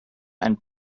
and